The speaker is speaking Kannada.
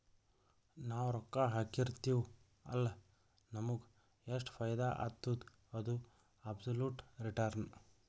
ನಾವ್ ರೊಕ್ಕಾ ಹಾಕಿರ್ತಿವ್ ಅಲ್ಲ ನಮುಗ್ ಎಷ್ಟ ಫೈದಾ ಆತ್ತುದ ಅದು ಅಬ್ಸೊಲುಟ್ ರಿಟರ್ನ್